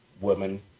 woman